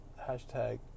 hashtag